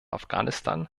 afghanistan